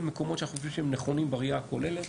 מקומות שאנחנו חושבים שהם נכונים בראייה הכוללת.